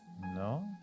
No